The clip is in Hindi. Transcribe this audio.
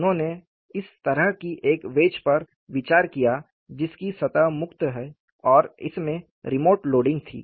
उन्होंने इस तरह की एक वेज पर विचार किया जिसकी सतह मुक्त है और इसमें रिमोट लोडिंग थी